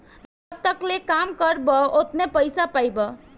जब तकले काम करबा ओतने पइसा पइबा